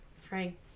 Frank